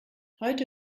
heute